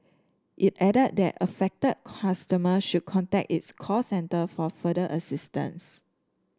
it added that affected customers should contact its call centre for further assistance